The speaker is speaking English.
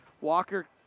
Walker